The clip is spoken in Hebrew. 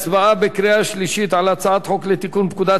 חוק לתיקון פקודת סדרי השלטון והמשפט (מס' 20),